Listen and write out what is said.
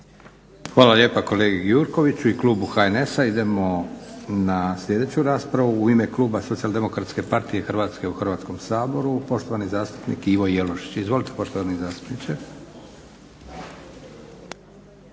Hvala lijepa kolegi Gjurkoviću i klubu HNS-a. Idemo na sljedeću raspravu u ime kluba SDP-a Hrvatske u Hrvatskom saboru, poštovani zastupnik Ivo Jelušić. Izvolite poštovani zastupniče.